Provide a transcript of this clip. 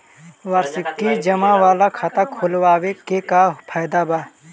वार्षिकी जमा वाला खाता खोलवावे के का फायदा बा?